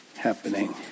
Happening